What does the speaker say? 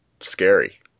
scary